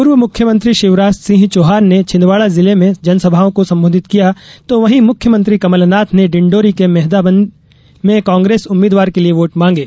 पूर्व मुख्यमंत्री शिवराज सिंह चौहान ने छिंदवाडा जिले में जनसभाओं को संबोधित किया तो वहीं मुख्यमंत्री कमलनाथ ने डिण्डौरी के मेहंदबानी में कांग्रेस उम्मीदवार के लिए वोट मांगे